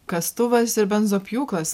kastuvas ir benzopjūklas